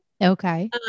Okay